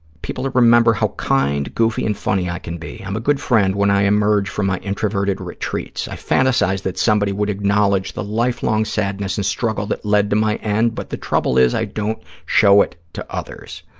people to remember how kind, goofy and funny i can be. i'm a good friend when i emerge from my introverted retreats. i fantasize that somebody would acknowledge the lifelong sadness and struggle that led to my end, but the trouble is i don't show it to others.